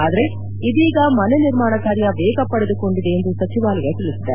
ಆದರೆ ಇದೀಗ ಮನೆ ನಿರ್ಮಾಣ ಕಾರ್ಯ ವೇಗ ಪಡೆದುಕೊಂಡಿದೆ ಎಂದು ಸಚಿವಾಲಯ ತಿಳಿಸಿದೆ